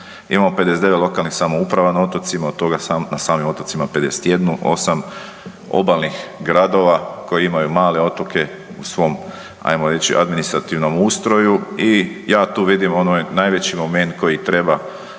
Imamo 59 lokalnih samouprava na otocima, od toga na samim otocima 51, 8 obalnih gradova koji imaju male otoke u svom, ajmo reći, administrativnom ustroju i ja tu vidim onaj najveći moment koji treba